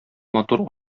матур